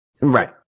Right